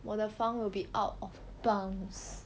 我的房 will be out of bounds